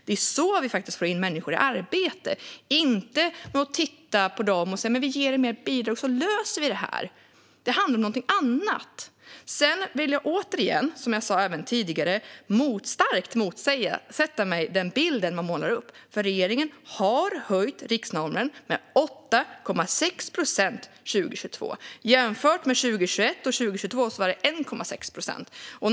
Det är så vi får människor i arbete, inte genom att titta på dem och säga: Vi ger er mer bidrag, så löser vi det här. Det handlar om något annat. Jag vill återigen, som jag gjorde även tidigare, starkt motsätta mig den bild man målar upp. Regeringen har höjt riksnormen med 8,6 procent för 2023. Det kan jämföras med 2021 och 2022, då siffran var 1,6 procent.